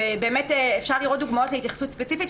באמת אפשר לראות דוגמאות להתייחסות ספציפית,